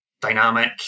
dynamic